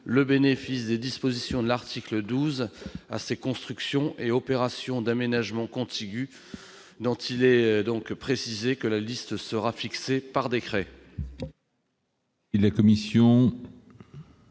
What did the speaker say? le bénéfice des dispositions de l'article 12 à ces constructions et opérations d'aménagement contigües, dont il est précisé que la liste sera fixée par décret.